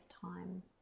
time